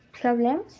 problems